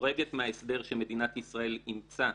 חורגת מההסדר שמדינת ישראל אימצה